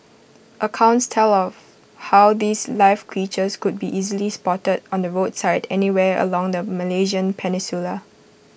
accounts tell of how these live creatures could be easily spotted on the roadside anywhere along the Malaysian peninsula